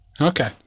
Okay